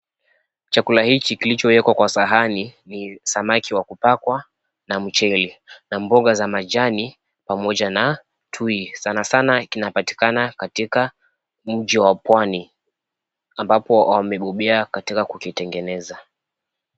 Chakula hichi kilichowekwa kwa sahani ni samaki wa kupakwa na mchele na mboga za majani pamoja na tui. Sanasana kinapatikana katika mji wa pwani ambapo wamebobea katika kukitengeneza.